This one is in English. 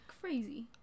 Crazy